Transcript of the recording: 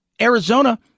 Arizona